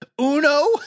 Uno